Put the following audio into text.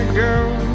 girl